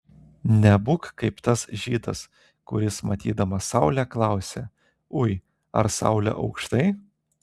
nebūk kaip tas žydas kuris matydamas saulę klausia ui ar saulė aukštai